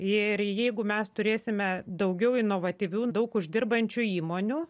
ir jeigu mes turėsime daugiau inovatyvių daug uždirbančių įmonių